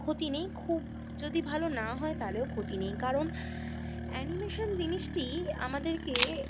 ক্ষতি নেই খুব যদি ভালো না হয় তাহলেও ক্ষতি নেই কারণ অ্যানিমেশন জিনিসটি আমাদেরকে